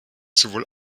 sowohl